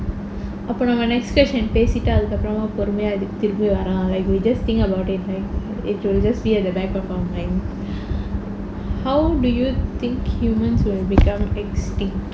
அப்ப நம்ப:appe namba next question பேசிட்டு அதுக்கப்றமா பொறுமையா இதுக்கு திருப்பி வரலாம்:pesittu athukkapramaa porumaiyaa itukku tiruppi varalaam like we just think about it like it will just be at the back of our minds how do you think humans will become extinct